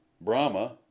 Brahma